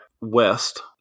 west